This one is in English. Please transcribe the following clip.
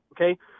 okay